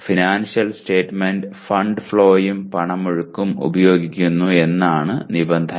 financial statement fund ഫ്ലോയും പണമൊഴുക്കും ഉപയോഗിക്കുന്നു എന്നതാണ് നിബന്ധന